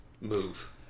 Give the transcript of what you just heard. move